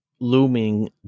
looming